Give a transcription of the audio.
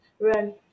run